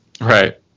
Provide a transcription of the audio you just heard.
Right